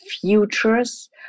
futures